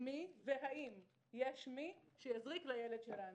מי והאם יש מי שיזריק לילד שלנו.